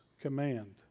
command